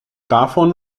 davon